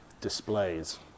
displays